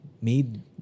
made